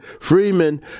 Freeman